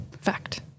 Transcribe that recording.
fact